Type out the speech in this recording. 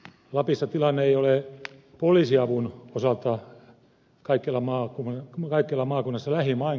lapissa tilanne ei ole poliisiavun osalta kaikkialla maakunnassa lähimainkaan tämä